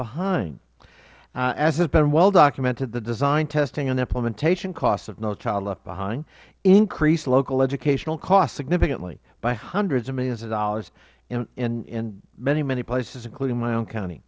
behind as has been well documented the design testing and implementation costs of no child left behind increased local educational costs significantly by hundreds of millions of dollars in many many places including my own county